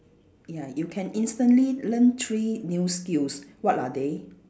ya you can instantly learn three new skills what are they